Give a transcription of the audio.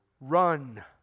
Run